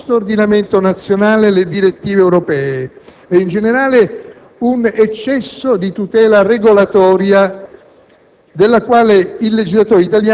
di non conformità del nostro ordinamento nazionale alle direttive europee e, in generale, un eccesso di tutela regolatoria